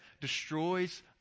destroys